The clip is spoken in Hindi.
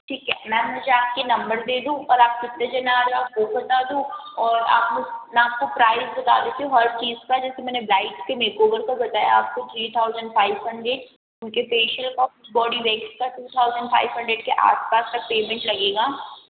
ठीक है मैम मुझे आपके नंबर दे दो और आप कितने जने आ रहे हो आप वो बता दो और आपको मैं आपको प्राइज़ बता देती हूँ हर चीज़ का जैसे मैंने ब्राइड के मेकओवर का बताया आपको थ्री थाउजेन्ड फाइव हंड्रेड उनके फेशिअल का बॉडी वेक्स का टू थाउजेंड फाइव हंड्रेड के आस पास का पेमेंट लगेगा